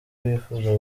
bifuza